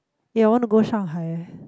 ya I want to go ShangHai eh